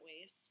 ways